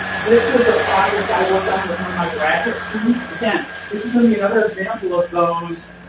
this is a project i worked on with one of my graduate students. again, this is gonna be another example of those.